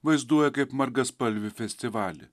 vaizduoja kaip margaspalvį festivalį